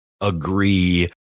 agree